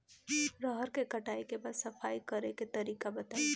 रहर के कटाई के बाद सफाई करेके तरीका बताइ?